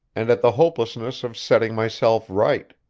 and at the hopelessness of setting myself right.